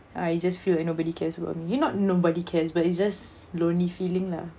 I just feel like nobody cares about me you not nobody cares but it's just lonely feeling lah